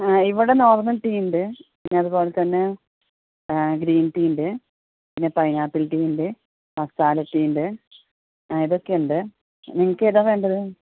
ഇവിടെ normal tea ഉണ്ട് പിന്നെ അതുപോലെ തന്നെ ഗ്രീൻ ടീ ഉണ്ട് പിന്നെ പൈനാപ്പിൾ ടീ ഉണ്ട് മസാല ടീ ഉണ്ട് ഇതൊക്കെ ഉണ്ട് നിങ്ങൾക്ക് ഏതാണ് വേണ്ടത്